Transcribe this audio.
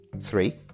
Three